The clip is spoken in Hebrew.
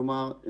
כלומר,